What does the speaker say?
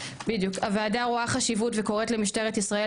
הוועדה רואה חשיבות וקוראת למשטרת ישראל